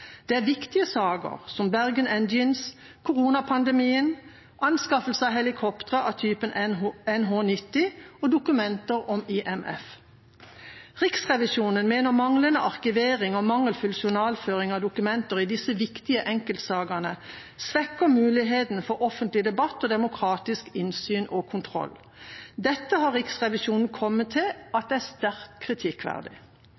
Det er viktige saker, som Bergen Engines, koronapandemien, anskaffelse av helikopter av typen NH90 og dokumenter om IMF. Riksrevisjonen mener at manglende arkivering og mangelfull journalføring av dokumenter i disse viktige enkeltsakene svekker muligheten for offentlig debatt og demokratisk innsyn og kontroll. Dette har Riksrevisjonen kommet til